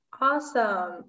Awesome